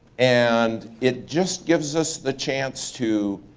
and it just gives us the chance to